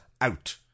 out